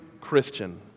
Christian